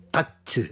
Touch